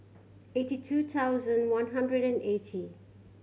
eighty two thousand one hundred and eighty